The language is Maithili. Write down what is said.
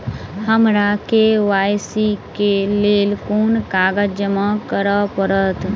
हमरा के.वाई.सी केँ लेल केँ कागज जमा करऽ पड़त?